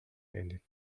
and